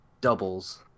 Doubles